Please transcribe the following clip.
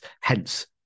hence